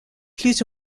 plus